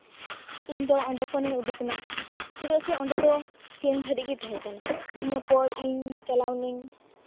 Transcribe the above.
ᱤᱧᱫᱚ ᱚᱸᱰᱮ ᱠᱷᱚᱱᱤᱧ ᱩᱰᱩᱠᱮᱱᱟ ᱪᱮᱫᱟᱜ ᱥᱮ ᱚᱸᱰᱮ ᱫᱚ ᱴᱮᱱ ᱫᱷᱟᱹᱨᱤᱡᱜᱮ ᱛᱟᱦᱮᱸᱠᱟᱱᱟ ᱤᱱᱟᱹᱯᱚᱨ ᱤᱧ ᱪᱟᱞᱟᱣᱮᱱᱟᱹᱧ